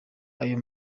aya